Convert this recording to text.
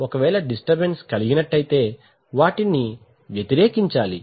ఒకవేళ డిస్టర్బెన్స్ కలిగినట్లయితే వాటిని వ్యతిరేకించాలి